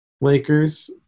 lakers